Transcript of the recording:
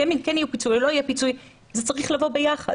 אם כן יהיה פיצוי או לא יהיה פיצוי זה צריך לבוא ביחד.